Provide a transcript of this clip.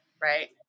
right